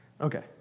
Okay